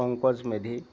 Pankaj Medhi